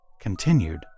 continued